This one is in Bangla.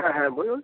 হ্যাঁ হ্যাঁ বলুন